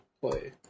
play